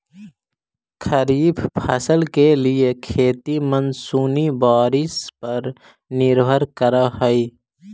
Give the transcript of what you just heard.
खरीफ फसल के लिए खेती मानसूनी बारिश पर निर्भर करअ हई